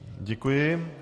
Děkuji.